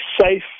safe